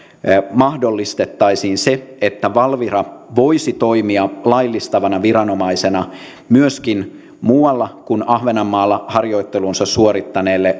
mahdollistettaisiin se että valvira voisi toimia laillistavana viranomaisena myöskin muualla kuin ahvenanmaalla harjoittelunsa suorittaneelle